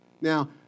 now